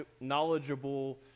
knowledgeable